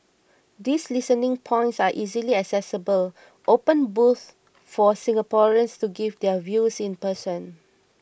these listening points are easily accessible open booths for Singaporeans to give their views in person